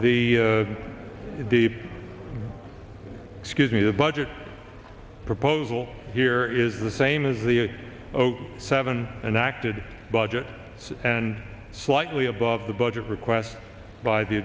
the the the excuse me the budget proposal here is the same as the zero seven and acted budget and slightly above the budget request by the